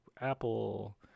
Apple